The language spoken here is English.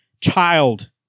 child